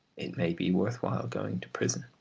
it may be worth while going to prison.